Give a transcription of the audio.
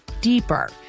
deeper